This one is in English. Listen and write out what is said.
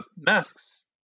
masks